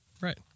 right